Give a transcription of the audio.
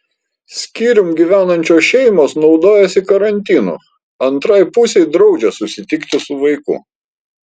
skyrium gyvenančios šeimos naudojasi karantinu antrai pusei draudžia susitikti su vaiku